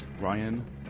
Ryan